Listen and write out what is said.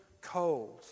cold